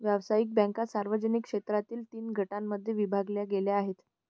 व्यावसायिक बँका सार्वजनिक क्षेत्रातील तीन गटांमध्ये विभागल्या गेल्या आहेत